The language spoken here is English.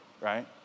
right